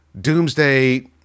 Doomsday